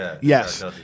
Yes